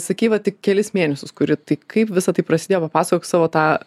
sakei va tik kelis mėnesius kuri tai kaip visa tai prasidėjo papasakok savo tą